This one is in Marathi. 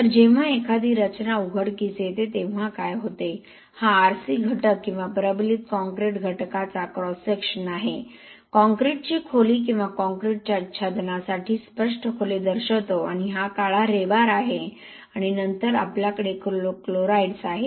तर जेव्हा एखादी रचना उघडकीस येते तेव्हा काय होते हा RC घटक किंवा प्रबलित काँक्रीट घटकाचा क्रॉस सेक्शन आहे कॉंक्रिटची खोली किंवा कॉंक्रिटच्या आच्छादनासाठी स्पष्ट खोली दर्शवतो आणि हा काळा रेबार आहे आणि नंतर आपल्याकडे क्लोराईड्स आहेत